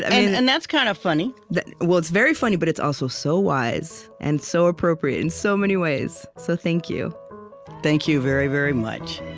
and and that's kind of funny well, it's very funny, but it's also so wise and so appropriate in so many ways. so thank you thank you very, very much